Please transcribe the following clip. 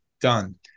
done